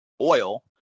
oil